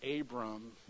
Abram